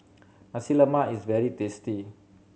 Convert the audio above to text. Nasi Lemak is very tasty